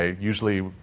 usually